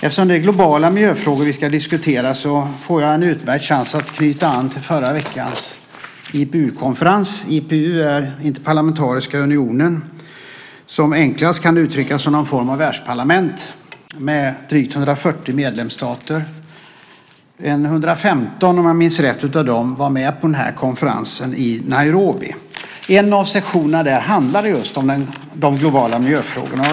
Eftersom det är globala miljöfrågor vi ska diskutera får jag en utmärkt chans att knyta an till förra veckans IPU-konferens. IPU är Interparlamentariska unionen, som enklast kan beskrivas som någon form av världsparlament med drygt 140 medlemsstater. Ungefär 115 av dem, om jag minns rätt, var med på den här konferensen i Nairobi. En av sessionerna handlade just om de globala miljöfrågorna.